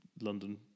London